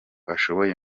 ashoboye